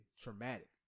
traumatic